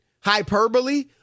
hyperbole